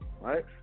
right